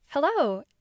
Hello